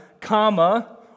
comma